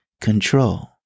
control